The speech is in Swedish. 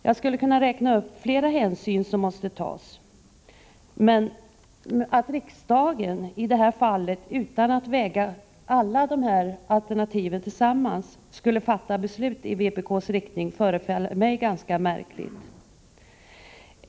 Jag skulle kunna räkna upp flera hänsyn som måste tas, men att riksdagen utan att väga samman alla de här alternativen skulle fatta beslut i vpk:s riktning förefaller mig ganska märkligt.